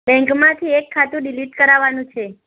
બૅન્કમાંથી એક ખાતું ડિલીટ કરવાનું છે